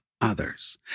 others